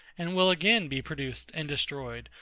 and will again be produced and destroyed,